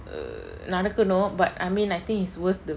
err நடக்கணு:nadakanu but I mean I think it's worth the